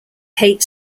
hate